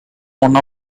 one